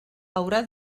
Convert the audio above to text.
haurà